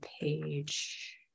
page